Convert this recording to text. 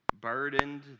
Burdened